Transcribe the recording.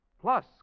plus